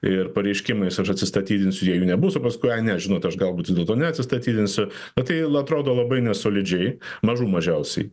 ir pareiškimais aš atsistatydinsiu jei jų nebus o paskui ai ne žinot aš galbūt vis dėlto neatsistatydinsiu tai atrodo labai nesolidžiai mažų mažiausiai